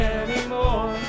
anymore